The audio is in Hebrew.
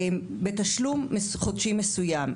בתשלום חודשי מסוים.